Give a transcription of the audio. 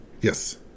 Yes